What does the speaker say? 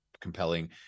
compelling